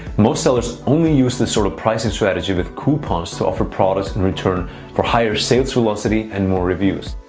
most sellers only use this sort of pricing strategy with coupons to offer products in return for higher sales velocity and more reviews.